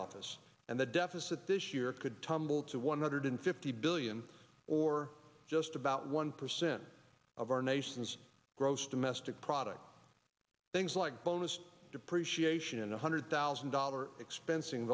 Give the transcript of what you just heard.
office and the deficit this year could tumble to one hundred fifty billion or just about one percent of our nation's gross domestic product things like bonus depreciation and one hundred thousand dollar expensing